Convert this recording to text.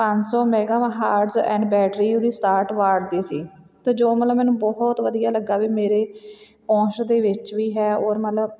ਪੰਜ ਸੌ ਮੈਗਾਹਾਰਡ ਐਂਡ ਬੈਟਰੀ ਉਹਦੀ ਸਤਾਹਟ ਵਾਟ ਦੀ ਸੀ ਅਤੇ ਜੋ ਮਤਲਬ ਮੈਨੂੰ ਬਹੁਤ ਵਧੀਆ ਲੱਗਾ ਵੀ ਮੇਰੇ ਪਹੁੰਚ ਦੇ ਵਿੱਚ ਵੀ ਹੈ ਔਰ ਮਤਲਵ